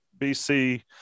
BC